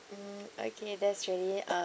mm okay that's really um